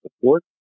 support